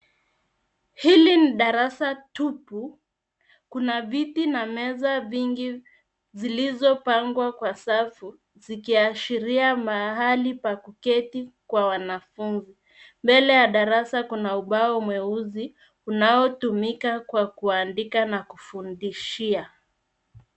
Hili ni darasa tupu. Kuna viti na meza vingi zilizopangwa kwa safu ikiashiria mahali pa kuketi pa wanafunzi. Mbele ya darasa kuna ubao mweusi unaotumika kwa kuandika na kufundishia.